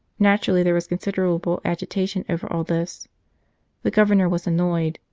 naturally, there was considerable agitation over all this the governor was annoyed,